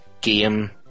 game